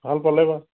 ভাল পালেবা